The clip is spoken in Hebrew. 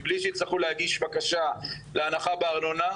מבלי שיצטרכו להגיש בקשה להנחה בארנונה,